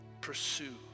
pursue